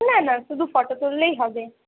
না না শুধু ফটো তুললেই হবে